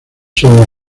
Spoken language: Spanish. son